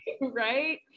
right